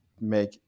make